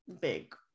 big